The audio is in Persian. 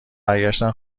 برگشتن